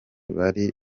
bari